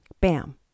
bam